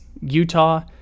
Utah